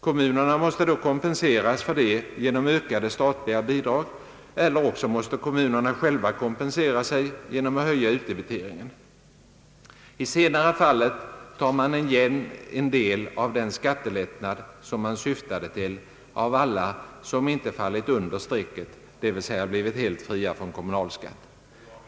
Kommunerna måste då kompenseras för det genom ökade statliga bidrag, eller också måste kommunerna själva kompensera sig genom att höja utdebiteringen. I senare fallet tar man igen en del av den skattelättnad, som man syftade till, av alla som inte fallit under strecket — dvs. blivit helt fria från kommunalskatt.